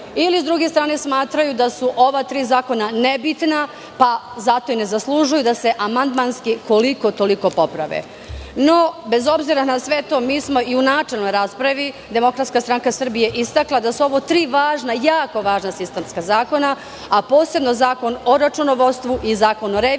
ili, sa druge strane, smatraju da su ova tri zakona nebitna, pa zato i ne zaslužuju da se amandmanski koliko toliko poprave? No, bez obzira na sve to, DSS je i u načelnoj raspravi istakla da su ovo tri jako važna sistemska zakona, a posebno Zakon o računovodstvu i Zakon o reviziji,